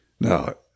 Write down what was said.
No